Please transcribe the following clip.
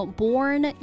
born